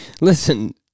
listen